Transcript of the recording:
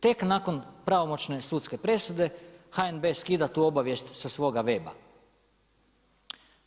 Tek nakon pravomoćne sudske presude HNB skida tu obavijest sa svoga web-a.